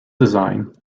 design